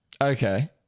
Okay